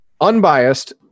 Unbiased